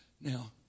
Now